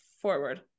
forward